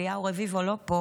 אליהו רביבו לא פה,